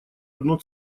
одно